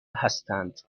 هستند